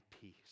peace